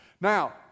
Now